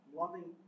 loving